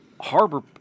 Harbor